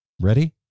Ready